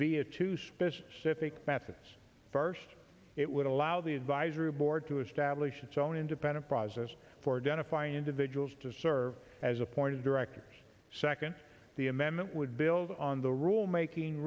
via two specific methods first it would allow the advisory board to establish its own independent process for identifying individuals to serve as a point of directors second the amendment would build on the rulemaking